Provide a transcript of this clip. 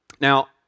Now